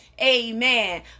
Amen